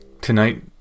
tonight